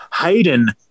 Hayden